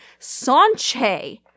Sanche